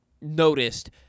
noticed